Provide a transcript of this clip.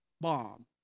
bomb